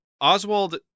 Oswald